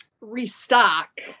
restock